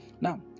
Now